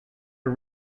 for